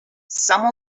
some